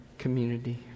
community